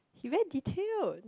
he very detailed